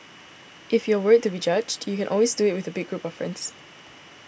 if you are worried to be judged you can always do it with a big group of friends